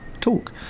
talk